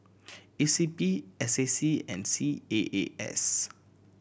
E C P S A C and C A A S